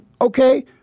Okay